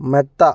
മെത്ത